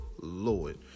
Lord